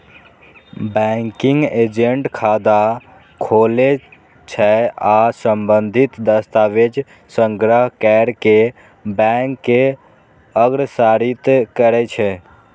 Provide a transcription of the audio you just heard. banking agent खाता खोलै छै आ संबंधित दस्तावेज संग्रह कैर कें बैंक के अग्रसारित करै छै